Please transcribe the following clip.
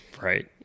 Right